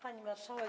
Pani Marszałek!